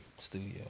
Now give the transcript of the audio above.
studio